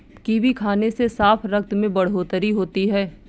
kiwi खाने से साफ रक्त में बढ़ोतरी होती है